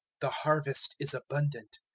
the harvest is abundant,